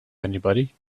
anybody